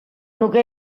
nuke